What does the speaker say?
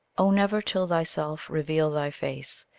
oh! never till thyself reveal thy face,